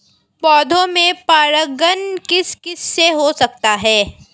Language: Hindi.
पौधों में परागण किस किससे हो सकता है?